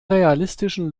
realistischen